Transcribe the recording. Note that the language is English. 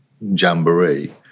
jamboree